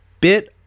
bit